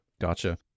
Gotcha